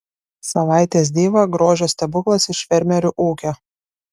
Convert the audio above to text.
savaitės diva grožio stebuklas iš fermerių ūkio